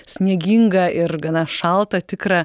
sniegingą ir gana šaltą tikrą